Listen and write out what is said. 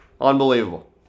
Unbelievable